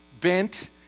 bent